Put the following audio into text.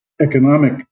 economic